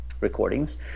recordings